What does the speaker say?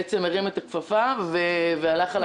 שהרים את הכפפה והלך על הפיילוט הזה.